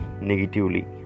negatively